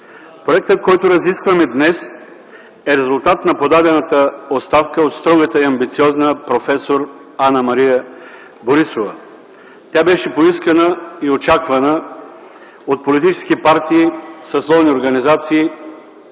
Проектът, който разискваме днес, е резултат от подадената оставка от строгата и амбициозна проф. Анна-Мария Борисова. Тя беше поискана и очаквана от политически партии, съсловни организации,